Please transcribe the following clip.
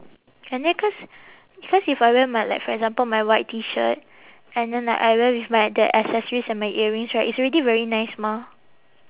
and then cause cause if I wear my like for example my white T shirt and then like I wear with my the accessories and my earrings right it's already very nice mah